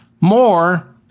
More